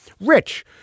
Rich